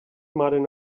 martin